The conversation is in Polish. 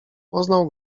poznał